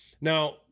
Now